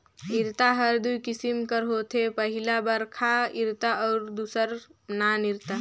इरता हर दूई किसिम कर होथे पहिला बड़खा इरता अउ दूसर नान इरता